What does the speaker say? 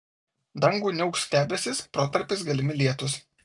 dangų niauks debesys protarpiais galimi lietūs